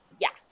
yes